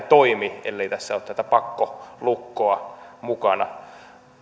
toimi ellei tässä ole tätä pakkolukkoa mukana